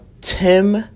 Tim